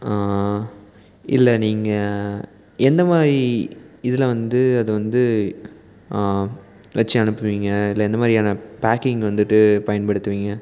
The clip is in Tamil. இல்லை நீங்கள் எந்த மாதிரி இதில் வந்து அது வந்து வெச்சு அனுப்புவீங்க இல்லை எந்த மாதிரியான பேக்கிங் வந்துட்டு பயன்படுத்துவீங்க